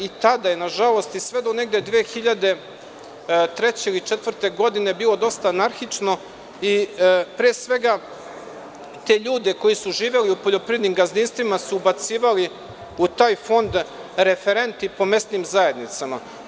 I tada je nažalost i sve do negde 2003. ili 2004. godine bilo dosta anarhično i pre svega te ljude koji su živeli u poljoprivrednim gazdinstvima su ubacivali u taj fond, referenti po mesnim zajednicama.